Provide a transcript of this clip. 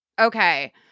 okay